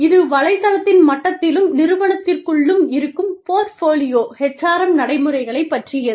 இது வலைத்தளத்தின் மட்டத்திலும் நிறுவனத்திற்குள்ளும் இருக்கும் போர்ட்ஃபோலியோ HRM நடைமுறைகளைப் பற்றியது